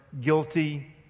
guilty